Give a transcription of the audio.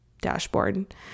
dashboard